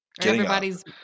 Everybody's